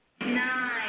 Nine